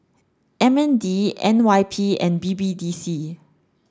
M N D N Y P and B B D C